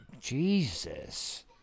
Jesus